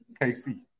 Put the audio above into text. KC